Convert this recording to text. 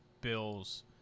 Bills